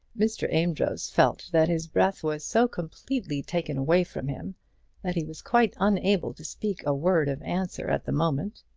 mr. amedroz felt that his breath was so completely taken away from him that he was quite unable to speak a word of answer at the moment.